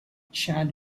chad